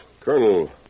Colonel